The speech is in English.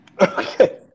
Okay